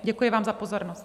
Děkuji vám za pozornost.